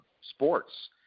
sports